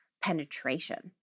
penetration